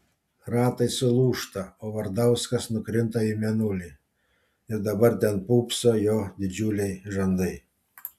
ratai sulūžta o vardauskas nukrinta į mėnulį ir dabar ten pūpso jo didžiuliai žandai